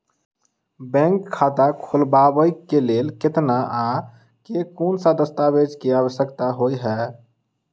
Bank खाता खोलबाबै केँ लेल केतना आ केँ कुन सा दस्तावेज केँ आवश्यकता होइ है?